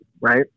right